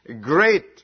great